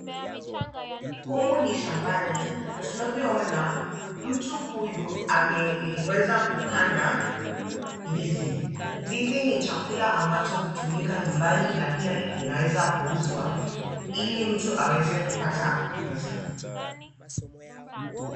Humu ni shambani na tunavyoona mtu huyu ameweza kupanda ndizi. Ndizi ni chakula ambacho hutumika nyumbani na pia inaweza kuuzwa ili mtu aweze kupata pesa.